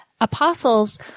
apostles